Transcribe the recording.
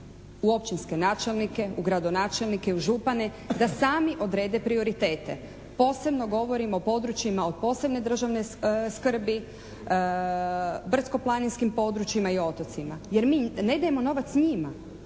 u općinske načelnike, u gradonačelnike, u župane da sami odrede prioritete. Posebno govorim o područjima od posebne državne skrbi, brdsko-planinskim područjima i otocima. Jer mi ne dajemo novac njima.